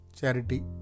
Charity